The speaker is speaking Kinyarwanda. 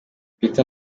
peter